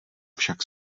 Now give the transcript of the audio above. však